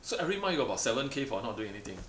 so every month you got about seven K for not doing anything ah